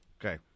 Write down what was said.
Okay